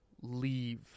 leave –